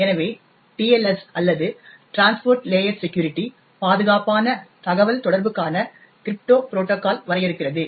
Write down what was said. எனவே TLS அல்லது transport layer security பாதுகாப்பான தகவல்தொடர்புக்கான கிரிப்டோ ப்ரோடோகால் வரையறுக்கிறது